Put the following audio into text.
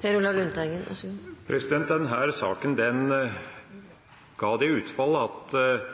fikk det utfall at administrerende direktør Andersen måtte fratre. Det hang i lufta om det